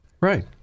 Right